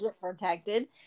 protected